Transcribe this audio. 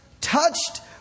touched